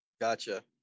Gotcha